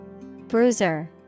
Bruiser